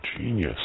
genius